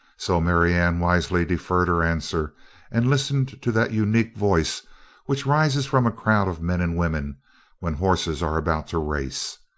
so marianne wisely deferred her answer and listened to that unique voice which rises from a crowd of men and women when horses are about to race.